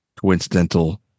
coincidental